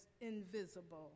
invisible